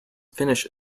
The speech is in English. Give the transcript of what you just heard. finish